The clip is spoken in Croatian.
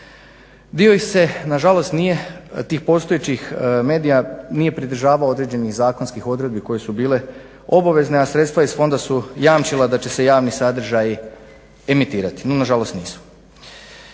Dio ih se nažalost nije tih postojećih medija nije pridržavao određenih zakonskih odredbi koje su bile obavezne, a sredstva iz fonda su jamčila da će se javni sadržaji emitirati, no nažalost nisu.